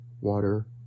water